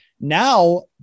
Now